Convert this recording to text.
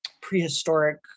prehistoric